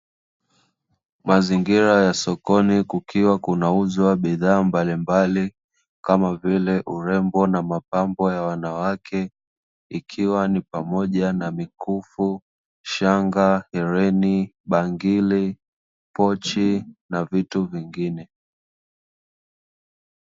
Mazingira ya sokoni kukiwa kunauzwa bidhaa mbalimbali kama vile urembo na mapambo ya wanawake, ikiwa ni pamoja na: mikufu, shanga, hereni, bangili, pochi na vitu vingine.